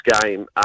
game